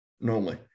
normally